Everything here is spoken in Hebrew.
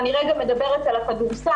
אני רגע מדברת על כדורסל.